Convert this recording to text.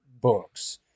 books